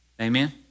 Amen